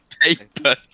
paper